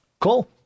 cool